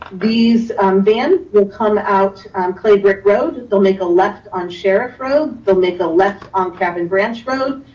these van will come out clay brick road, they'll make a left on sheriff road, they'll make a left on kevin branch road,